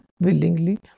willingly